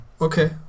Okay